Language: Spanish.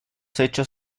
hechos